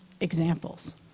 examples